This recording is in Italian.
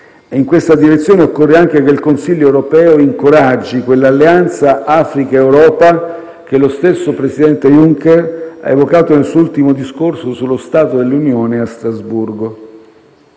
In questa direzione occorre anche che il Consiglio europeo incoraggi quell'alleanza Africa - Europa che lo stesso presidente Junker ha evocato nel suo ultimo discorso sullo stato dell'Unione a Strasburgo.